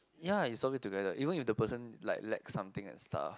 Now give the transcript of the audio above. ya you solve it together even if the person like lack something and stuff